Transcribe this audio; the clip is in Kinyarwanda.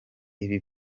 ibi